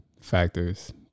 factors